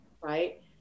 right